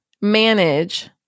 manage